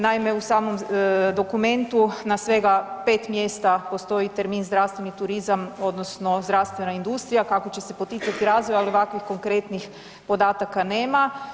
Naime, u samom dokumentu na svega 5 mjesta postoji termin „zdravstveni turizam“ odnosno „zdravstvena industrija“ kako će se poticati razvoj, ali ovakvih konkretni podataka nema.